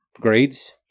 grades